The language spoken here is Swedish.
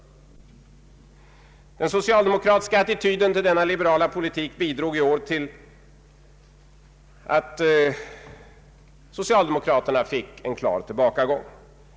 Den socialdemokratiska attityden till denna liberala politik bidrog i år till den socialdemokratiska tillbakagången.